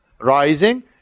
rising